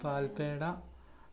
പാൽപേട